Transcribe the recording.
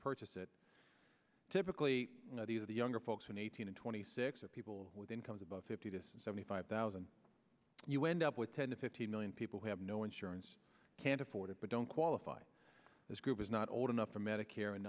purchase it typically these are the younger folks in eighteen and twenty six or people with incomes above fifty to seventy five thousand you end up with ten to fifteen million people who have no insurance can't afford it but don't qualify this group is not old enough for medicare and